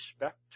respect